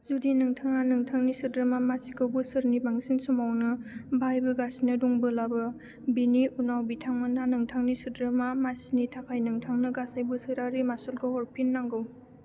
जुदि नोंथाङा नोंथांनि सोद्रोमा मासिखौ बोसोरनि बांसिन समावनो बाहायबोगासिनो दंबोलाबो बिनि उनाव बिथांमोनहा नोंथांनि सोद्रोमा मासिनि थाखाय नोंथांनो गासै बोसोरारि मासुलखौ हरफिन नांगौ